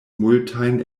multajn